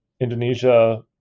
indonesia